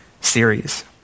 series